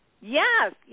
Yes